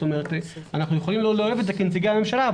זאת אומרת שאנחנו יכולים לא לאהוב את זה כנציגי הממשלה,